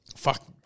Fuck